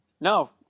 No